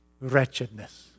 wretchedness